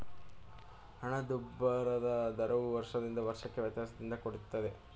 ಹಣದುಬ್ಬರದ ದರವು ವರ್ಷದಿಂದ ವರ್ಷಕ್ಕೆ ವ್ಯತ್ಯಾಸದಿಂದ ಕೂಡಿರುತ್ತೆ